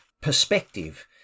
perspective